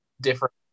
different